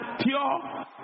pure